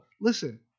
listen